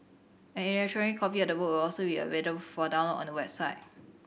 an electronic copy of the book will also be available for download on the website